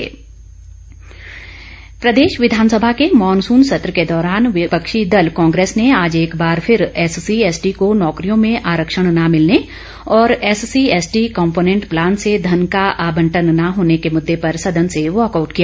walk out प्रदेश विधानसभा के मानसून सत्र के दौरान विपक्षी दल कांग्रेस ने आज एक बार फिर एससी एसटी को नौकरियों में आरक्षण न मिलने और एससी एसटी कंपोनेंट प्लान से धन का आवंटन न होने के मुद्दे पर सदन से वाकआउट किया